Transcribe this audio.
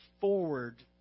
forward